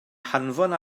hanfon